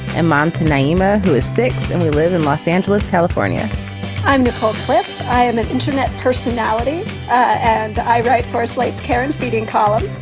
and moms nyima, who is thick. and we live in los angeles, california i'm nicole cliffe. i am an internet personality and i write for slate's karen feeding column.